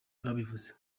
wabivuze